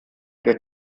der